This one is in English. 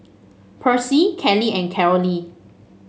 Percy Cali and Carolee